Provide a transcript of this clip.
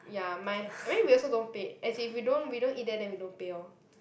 ya my I mean we also don't pay as in if we don't we don't eat there then we don't pay lor